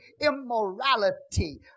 immorality